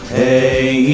hey